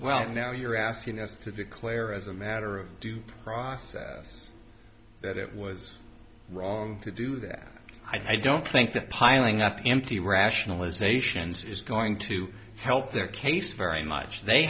well now you're asking us to declare as a matter of due process that it was wrong to do that i don't think the piling up empty rationalizations is going to help their case very much they